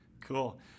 Cool